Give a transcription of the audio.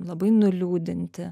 labai nuliūdinti